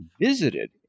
visited